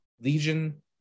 Legion